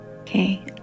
Okay